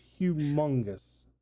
humongous